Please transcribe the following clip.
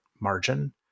margin